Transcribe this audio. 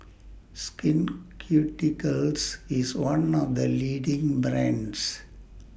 Skin Ceuticals IS one of The leading brands